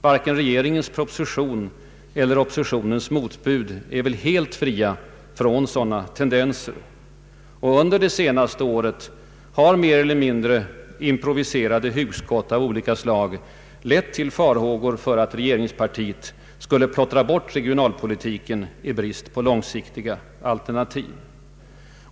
Varken regeringens proposition eller oppositionens motbud är väl helt fria från sådana tendenser. Under det senaste året har mer eller mindre improviserade hugskott av olika slag lett till farhågor för att regeringspartiet skulle plottra bort regionalpolitiken i brist på långsiktiga alternativ.